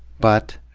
but.